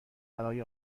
برای